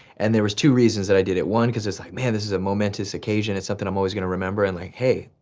and there was two reasons that i did it. one, cause it's like, man, this is a momentous occasion, it's something i'm always gonna remember' and like hey,